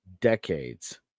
decades